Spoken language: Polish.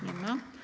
Nie ma.